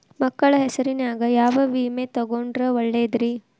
ಮಕ್ಕಳ ಹೆಸರಿನ್ಯಾಗ ಯಾವ ವಿಮೆ ತೊಗೊಂಡ್ರ ಒಳ್ಳೆದ್ರಿ?